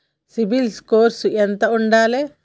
CIBIL score ఎంత ఉండాలే?